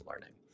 learning